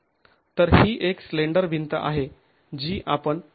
तर ही एक स्लेंडर भिंत आहे जी आपण तपासत आहोत